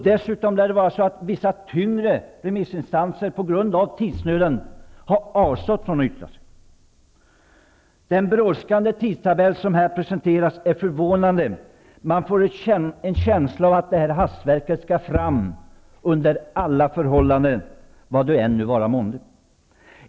Dessutom lär vissa tyngre remissinstanser, på grund av tidsnöden, ha avstått från att yttra sig. Den brådskande tidtabell som har presenterats är förvånande, och man får en känsla av att detta hastverk skall fram under alla förhållanden, vad det nu än vara månde.